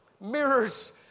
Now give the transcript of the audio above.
mirrors